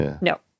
No